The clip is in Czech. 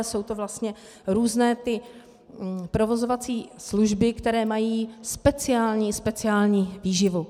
Jsou to vlastně různé provozovací služby, které mají speciální speciální výživu.